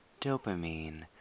dopamine